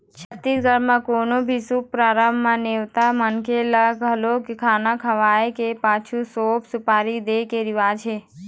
छत्तीसगढ़ म कोनो भी शुभ परब म नेवताए मनखे ल घलोक खाना खवाए के पाछू सउफ, सुपारी दे के रिवाज हे